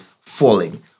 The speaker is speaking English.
falling